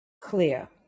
clear